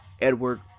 Edward